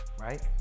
right